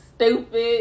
Stupid